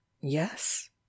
Yes